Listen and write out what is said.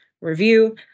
review